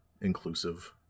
inclusive